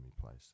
place